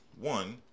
One